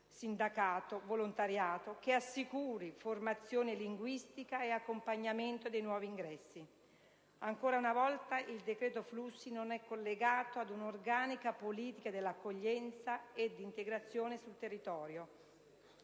sindacato, volontariato) che assicuri formazione linguistica e accompagnamento dei nuovi ingressi? Ancora una volta, inoltre, il decreto flussi non è collegato ad un'organica politica dell'accoglienza e di integrazione sul territorio,